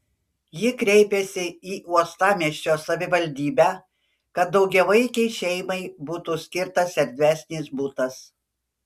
ji kreipėsi į uostamiesčio savivaldybę kad daugiavaikei šeimai būtų skirtas erdvesnis butas